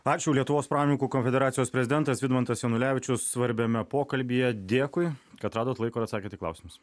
ačiū lietuvos pramoninkų konfederacijos prezidentas vidmantas janulevičius svarbiame pokalbyje dėkui kad radot laiko atsakant į klausimus